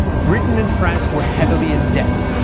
britain and france were heavily in debt,